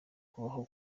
kubaho